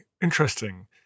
interesting